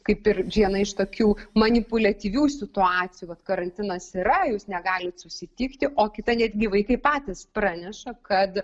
kaip ir viena iš tokių manipuliatyvių situacijų vat karantinas yra jūs negalit susitikti o kita netgi vaikai patys praneša kad